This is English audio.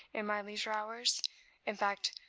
in my leisure hours in fact,